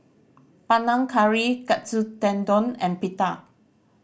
Panang Curry Katsu Tendon and Pita